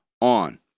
on